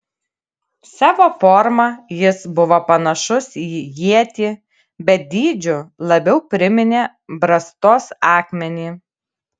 savo forma jis buvo panašus į ietį bet dydžiu labiau priminė brastos akmenį